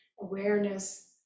awareness